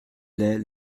laid